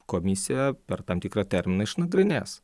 komisija per tam tikrą terminą išnagrinės